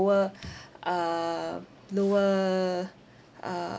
lower um lower uh